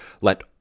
Let